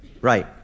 Right